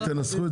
תנסחו את